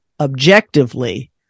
objectively